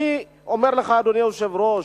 אדוני היושב-ראש,